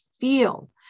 feel